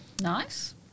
Nice